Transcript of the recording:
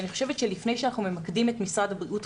אני חושבת שלפני שאנחנו ממקדים את משרד הבריאות,